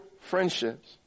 friendships